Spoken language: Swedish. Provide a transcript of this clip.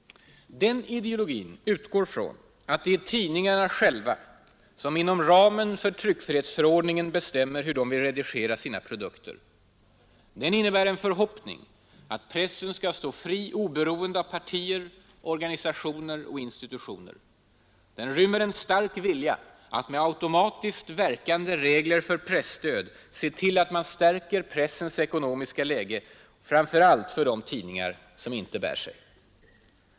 Den ideologin utgår från att det är tidningarna själva som inom ramen för tryckfrihetsförordningen bestämmer hur de vill redigera sina produkter. Den innebär en förhoppning att pressen skall stå fri och oberoende av partier, organisationer och institutioner. Den rymmer en stark vilja att med automatiskt verkande regler för presstöd se till att man stärker pressens ekonomiska läge, framför allt för de tidningar som inte bär sig.